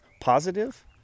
positive